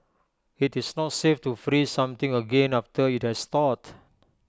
IT is not safe to freeze something again after IT has thawed